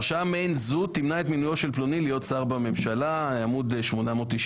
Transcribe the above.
הרשעה מעין זו תמנע את מינויו של פלוני להיותו שר בממשלה" (עמ' 896,